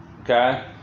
okay